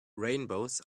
rainbows